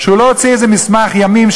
שהוא לא הוציא איזה מסמך ימים,